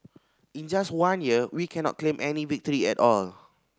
in just one year we cannot claim any victory at all